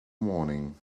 morning